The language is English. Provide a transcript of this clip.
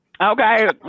Okay